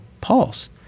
pulse